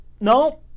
No